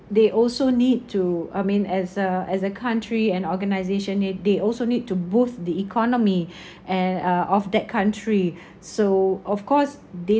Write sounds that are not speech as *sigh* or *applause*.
they also need to I mean as a as a country and organisation they they also need to boost the economy *breath* and uh of that country *breath* so of course they